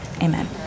amen